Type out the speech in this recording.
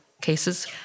cases